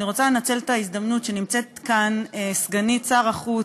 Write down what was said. אני רוצה לנצל את ההזדמנות שנמצאת כאן סגנית שר החוץ,